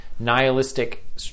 nihilistic